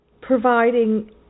providing